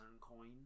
coin